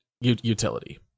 Utility